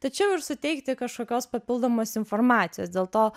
tačiau ir suteikti kažkokios papildomos informacijos dėl to